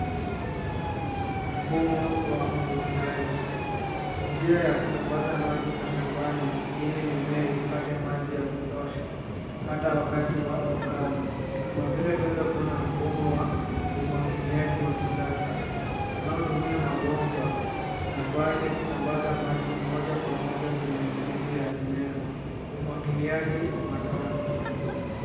Mfumo wa umwagiliaji; ni njia ya kusambaza maji mashambani ili mimea ipate maji ya kutosha hata wakati wa ukame. Kama vile tunaweza kuona mfumo wa umwagiliaji wa kisasa unaotumia mabomba na vali kusambaza maji moja kwa moja kwenye mizizi ya mimea, umwagiliaji matone.